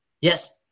Yes